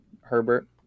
Herbert